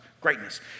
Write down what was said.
greatness